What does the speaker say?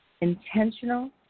Intentional